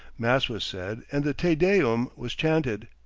mass was said, and the te deum was chanted.